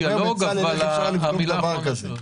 איך אפשר לבדוק דבר כזה?